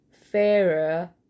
fairer